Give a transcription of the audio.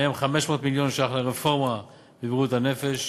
מהם 500 מיליון ש"ח לרפורמה בבריאות הנפש,